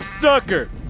sucker